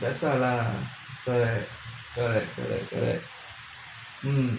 there are lesser lah err